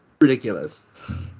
ridiculous